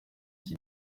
iki